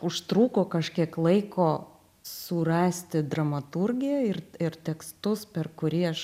užtrūko kažkiek laiko surasti dramaturgiją ir ir tekstus per kurį aš